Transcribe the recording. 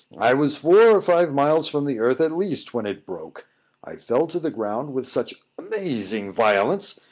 i was four or five miles from the earth at least when it broke i fell to the ground with such amazing violence,